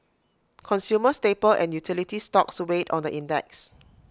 consumer staple and utility stocks weighed on the index